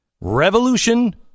revolution